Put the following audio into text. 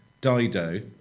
Dido